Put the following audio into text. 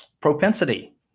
propensity